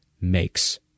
makes